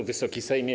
Wysoki Sejmie!